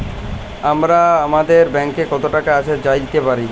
আমরা আমাদের ব্যাংকে কত টাকা আছে জাইলতে পারি